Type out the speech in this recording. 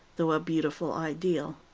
though a beautiful ideal.